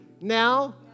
now